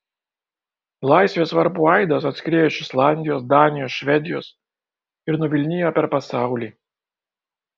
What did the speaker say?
laisvės varpų aidas atskriejo iš islandijos danijos švedijos ir nuvilnijo per pasaulį